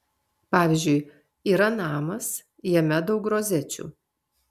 pavyzdžiui yra namas jame daug rozečių